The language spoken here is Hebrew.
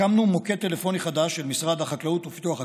הקמנו מוקד טלפוני חדש של משרד החקלאות ופיתוח הכפר,